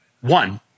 One